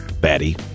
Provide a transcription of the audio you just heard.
batty